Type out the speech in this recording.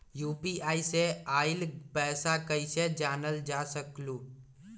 UPI से आईल पैसा कईसे जानल जा सकहु?